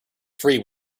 free